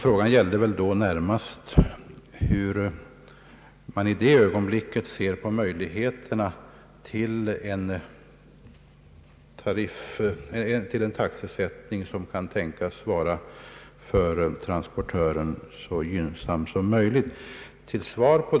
Frågan gäller väl närmast hur man i det ögonblicket ser på möjligheterna till en taxesättning som kan tänkas vara så gynnsam som möjligt för transportören.